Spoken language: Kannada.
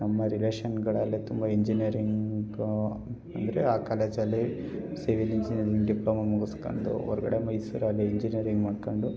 ನಮ್ಮ ರಿಲೇಷನ್ಗಳಲ್ಲೇ ತುಂಬ ಇಂಜಿನಿಯರಿಂಗು ಅಂದರೆ ಆ ಕಾಲೇಜಲ್ಲಿ ಸಿವಿಲ್ ಇಂಜಿನಿಯರಿಂಗ್ ಡಿಪ್ಲೊಮ ಮುಗಿಸ್ಕಂದು ಹೊರ್ಗಡೆ ಮೈಸೂರಲ್ಲಿ ಇಂಜಿನಿಯರಿಂಗ್ ಮಾಡ್ಕೊಂಡು